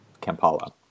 Kampala